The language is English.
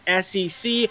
SEC